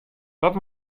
dat